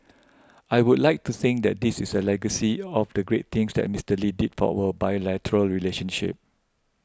I would like to think that this is a legacy of the great things that Mister Lee did for our bilateral relationship